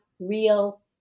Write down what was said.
real